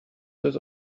des